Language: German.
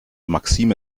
maxime